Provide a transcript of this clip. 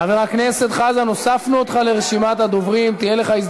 חבר הכנסת חזן, פה צריך לשמוע את הכול, ותהיה לך,